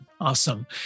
Awesome